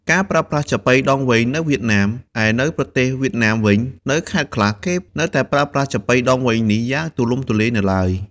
ការប្រើប្រាស់ចាប៉ីដងវែងនៅវៀតណាម ឯនៅប្រទេសវៀតណាមវិញ នៅខេត្តខ្លះគេនៅតែប្រើប្រាស់ចាប៉ីដងវែងនេះយ៉ាងទូលំទូលាយនៅឡើយ។